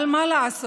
אבל מה לעשות,